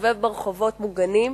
להסתובב ברחובות מוגנים,